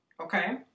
okay